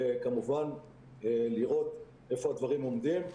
וכמובן לראות איפה הדברים עומדים.